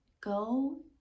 go